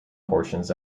portions